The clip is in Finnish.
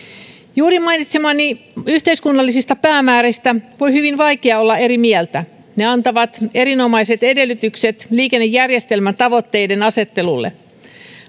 juuri mainitsemistani yhteiskunnallisista päämääristä voi olla hyvin vaikeaa olla eri mieltä ne antavat erinomaiset edellytykset liikennejärjestelmän tavoitteidenasettelulle